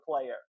player